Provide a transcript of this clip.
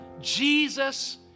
Jesus